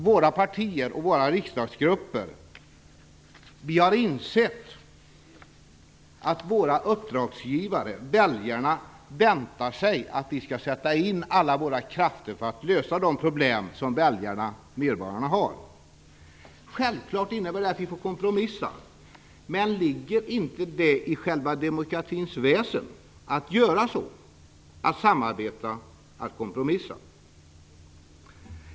Våra partier och riksdagsgrupper har insett att våra uppdragsgivare, väljarna, väntar sig att vi skall sätta in alla krafter för att lösa de problem som väljarna, medborgarna, har. Självfallet innebär det att vi får kompromissa. Men ligger det inte i själva demokratins väsen att man gör så, att man samarbetar och kompromissar?